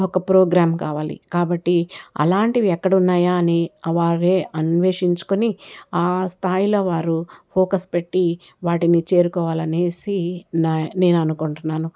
ఒక ప్రోగ్రాం కావాలి కాబట్టి అలాంటివి ఎక్కడున్నాయో అని వారే అన్వేషించుకుని ఆ స్థాయిలో వారు ఫోకస్ పెట్టి వాటిని చేరుకోవాలనేసి నా నేను అనుకుంటున్నాను